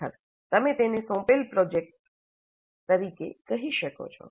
ખરેખર તમે તેને સોંપેલ પ્રોજેક્ટ્સ તરીકે કહી શકો છો